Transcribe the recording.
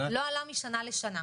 לא עלה משנה לשנה.